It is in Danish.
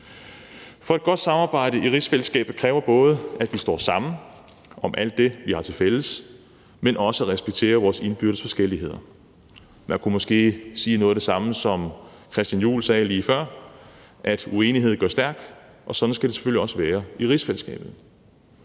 Et godt samarbejde i rigsfællesskabet kræver både, at vi står sammen om alt det, vi har tilfælles, men også respekterer vores indbyrdes forskelligheder. Man kunne måske sige noget af det samme, som Christian Juhl sagde lige før, nemlig at uenighed gør stærk, og sådan skal det selvfølgelig også være i rigsfællesskabet.